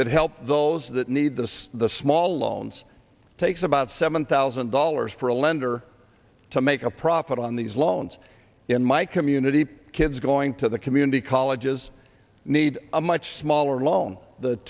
that help those that need this the small loans takes about seven thousand dollars for a lender to make a profit on these loans in my community kids going to the community colleges need a much smaller loan t